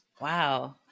Wow